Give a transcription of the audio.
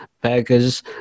beggars